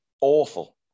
awful